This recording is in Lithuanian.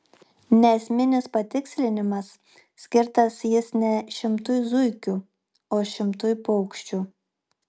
neesminis patikslinimas skirtas jis ne šimtui zuikių o šimtui paukščių